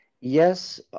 yes